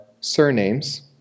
surnames